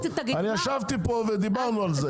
אני ישבתי פה ודיברנו על זה.